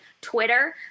Twitter